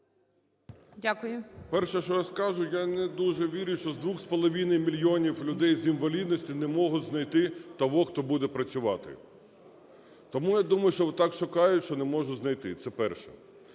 О.Ю. Перше, що я скажу, я не дуже вірю, що з 2,5 мільйонів людей з інвалідністю не можуть знайти того, хто буде працювати. Тому, я думаю, що так шукають, що не можуть знайти, це перше.